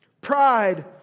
Pride